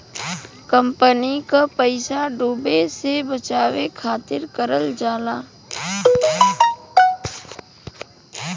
company क पइसा डूबे से बचावे खातिर करल जाला